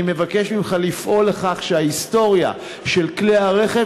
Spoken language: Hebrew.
אני מבקש ממך לפעול לכך שההיסטוריה של כלי הרכב,